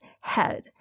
head